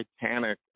Titanic